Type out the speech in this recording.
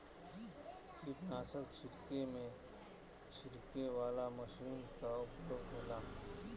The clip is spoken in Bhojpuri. कीटनाशक छिड़के में छिड़के वाला मशीन कअ उपयोग होला